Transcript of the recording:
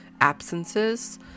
absences